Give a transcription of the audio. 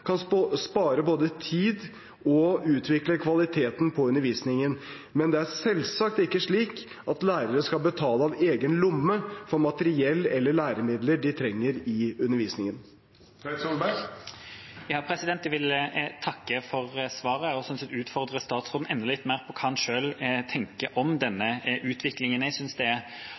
kan både spare tid og utvikle kvaliteten på undervisningen. Men det er selvsagt ikke slik at lærerne skal betale av egen lomme for materiell eller læremidler de trenger i undervisningen. Jeg vil takke for svaret, og så vil jeg utfordre statsråden enda litt mer på hva han selv tenker om denne utviklingen. Jeg synes det er